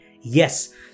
Yes